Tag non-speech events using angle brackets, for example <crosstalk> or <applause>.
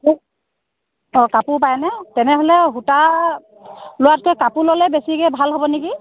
<unintelligible> অ' কাপোৰ পায়নে তেনেহ'লে সূতা লোৱাতকৈ কাপোৰ ল'লেই বেছিকৈ ভাল হ'ব নেকি